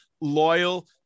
loyal